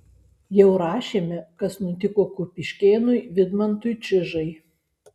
jau rašėme kas nutiko kupiškėnui vidmantui čižai